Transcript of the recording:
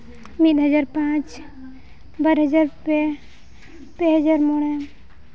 ᱢᱤᱫ ᱦᱟᱡᱟᱨ ᱯᱟᱸᱪ ᱵᱟᱨ ᱦᱟᱡᱟᱨ ᱯᱮ ᱯᱮ ᱦᱟᱡᱟᱨ ᱢᱚᱬᱮ